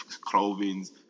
clothings